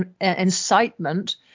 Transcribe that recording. incitement